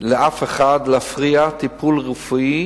לאף אחד להפריע לטיפול רפואי